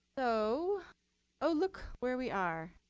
so oh look, where we are.